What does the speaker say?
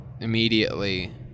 immediately